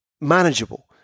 manageable